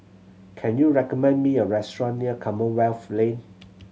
can you recommend me a restaurant near Commonwealth Lane